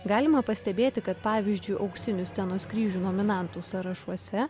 galima pastebėti kad pavyzdžiui auksinių scenos kryžių nominantų sąrašuose